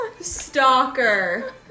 stalker